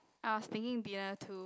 I was thinking beer too